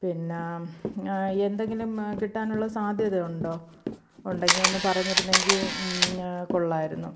പിന്നെ എന്തെങ്കിലും കിട്ടാനുള്ള സാധ്യത ഉണ്ടോ ഉണ്ടെങ്കിൽ ഒന്ന് പറഞ്ഞിരുന്നെങ്കിൽ കൊള്ളാമായിരുന്നു